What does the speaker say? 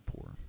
poor